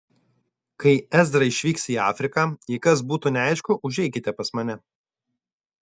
kai ezra išvyks į afriką jei kas būtų neaišku užeikite pas mane